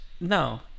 no